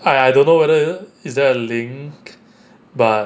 I I don't know whether is there a link but